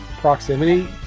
proximity